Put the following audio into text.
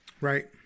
right